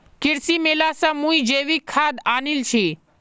कृषि मेला स मुई जैविक खाद आनील छि